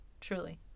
Truly